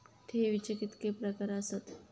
ठेवीचे कितके प्रकार आसत?